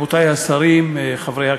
תודה, רבותי השרים, חברי הכנסת,